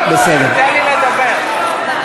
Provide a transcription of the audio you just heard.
תן לי לדבר.